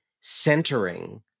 centering